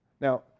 now